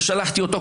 ושלחתי אותו,